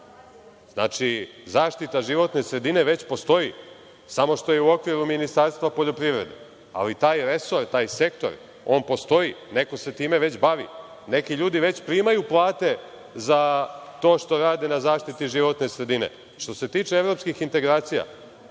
Znači, zaštita životne sredine već postoji, samo što je u okviru Ministarstva poljoprivrede, ali taj resor, taj sektor, on postoji. Neko se time već bavi. Neki ljudi već primaju plate za to što rade na zaštiti životne sredine. Što se tiče evropskih integracija,